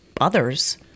others